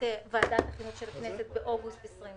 ועדת החינוך של הכנסת באוגוסט 2020